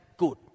good